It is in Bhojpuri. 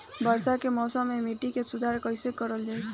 बरसात के मौसम में मिट्टी के सुधार कइसे कइल जाई?